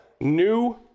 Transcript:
New